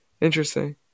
interesting